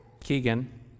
Keegan